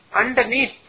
underneath